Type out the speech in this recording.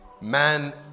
man